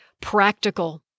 practical